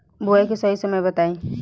बुआई के सही समय बताई?